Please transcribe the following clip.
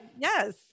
Yes